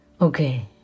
Okay